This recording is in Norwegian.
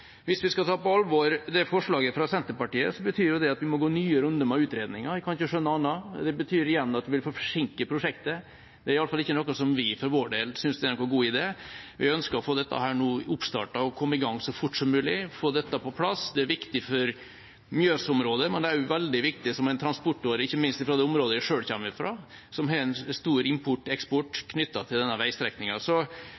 Hvis vi skal ta på alvor det forslaget fra Senterpartiet, betyr det at vi må gå nye runder med utredninger – jeg kan ikke skjønne annet. Det vil igjen forsinke prosjektet. Det er iallfall ikke noe vi for vår del synes er noen god idé. Vi ønsker å få dette startet opp og komme i gang så fort som mulig, få dette på plass. Det er viktig for Mjøs-området, men det er også veldig viktig som en transportåre, ikke minst for det området jeg selv kommer fra, som har stor import og eksport